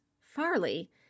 Farley